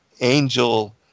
angel